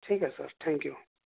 ٹھیک ہے sir thank you